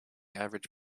average